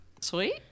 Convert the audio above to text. sweet